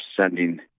sending